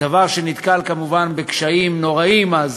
דבר שנתקל כמובן בקשיים נוראים אז,